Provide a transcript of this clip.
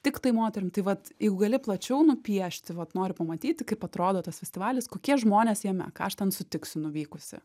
tiktai moterim tai vat jeigu gali plačiau nupiešti vat noriu pamatyti kaip atrodo tas festivalis kokie žmonės jame ką aš ten sutiksiu nuvykusi